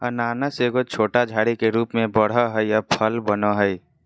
अनानास एगो छोटा झाड़ी के रूप में बढ़ो हइ और फल बनो हइ